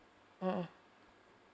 mmhmm